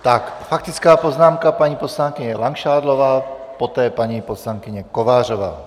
Faktická poznámka paní poslankyně Langšádlová, poté paní poslankyně Kovářová.